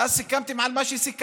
ואז סיכמתם את מה שסיכמתם.